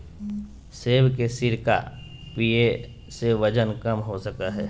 सेब के सिरका पीये से वजन कम हो सको हय